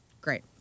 Great